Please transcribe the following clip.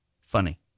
funny